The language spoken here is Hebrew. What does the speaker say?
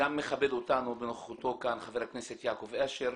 גם מכבד אותנו בנוכחותו כאן חבר הכנסת יעקב אשר,